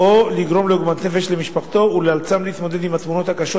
או לגרום עוגמת נפש למשפחתו ולאלצם להתמודד עם התמונות הקשות,